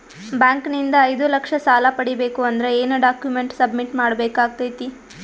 Bank ನಿಂದ ಐದು ಲಕ್ಷ ಸಾಲ ಪಡಿಬೇಕು ಅಂದ್ರ ಏನ ಡಾಕ್ಯುಮೆಂಟ್ ಸಬ್ಮಿಟ್ ಮಾಡ ಬೇಕಾಗತೈತಿ?